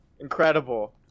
incredible